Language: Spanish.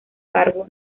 cargo